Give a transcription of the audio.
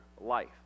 life